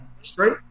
Straight